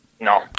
No